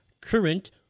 current